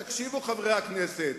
תקשיבו, חברי הכנסת,